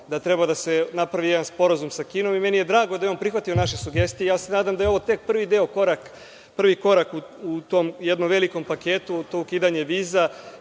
da treba da se napravi jedan sporazum sa Kinom. Meni je drago da je on prihvatio naše sugestije. Nadam se da je ovo tek prvi korak u tom jednom velikom paketu, to ukidanje viza.